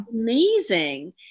amazing